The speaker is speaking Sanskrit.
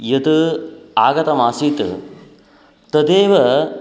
यत् आगतमासीत् तदेव